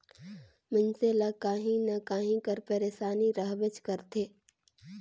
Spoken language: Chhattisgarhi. मइनसे ल काहीं न काहीं कर पइरसानी रहबेच करथे